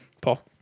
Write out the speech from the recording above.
Paul